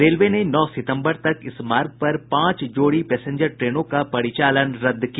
railway ने नौ सितम्बर तक इस मार्ग पर पांच जोड़ी पैसेंजर ट्रेनों का परिचालन रदद किया